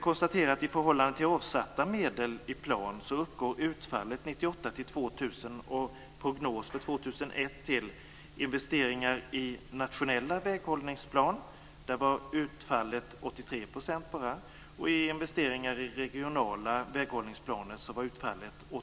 I förhållande till avsatta medel i plan uppgår utfallet 1998-2000 och prognos för 2001 till 83 % när det gäller investeringar i nationell väghållningsplan och 82 % när det gäller investeringar i regionala väghållningsplaner.